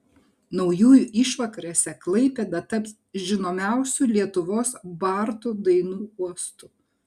naujųjų išvakarėse klaipėda taps žinomiausių lietuvos bardų dainų uostu